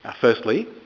Firstly